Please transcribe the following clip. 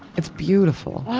it's beautiful.